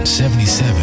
77